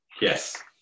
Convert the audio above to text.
Yes